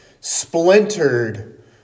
splintered